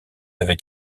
avec